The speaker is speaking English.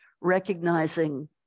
recognizing